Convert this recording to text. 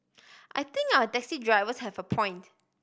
I think our taxi drivers have a point